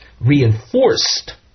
reinforced